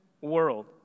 world